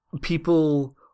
people